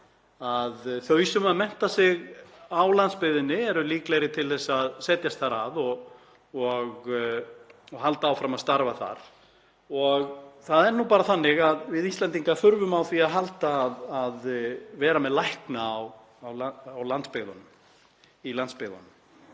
að þau sem mennta sig á landsbyggðinni eru líklegri til að setjast þar að og halda áfram að starfa þar. Og það er nú bara þannig að við Íslendingar þurfum á því að halda að vera með lækna í landsbyggðunum.